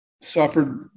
suffered